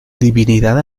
divinidad